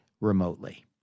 remotely